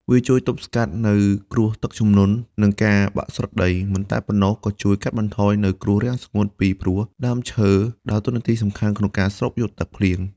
វាជួយទប់ស្កាត់នៅគ្រោះទឹកជំនន់និងការបាក់ស្រុតដី មិនតែប៉ុណ្ណោះក៏ជួយកាត់បន្ថយនៅគ្រោះរាំងស្ងួតពីព្រោះដើមឈើដើរតួនាទីសំខាន់ក្នុងការស្រូបយកទឹកភ្លៀង។